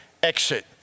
exit